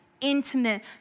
intimate